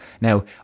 Now